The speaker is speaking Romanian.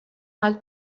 alt